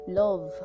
love